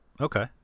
Okay